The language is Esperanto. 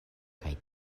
kaj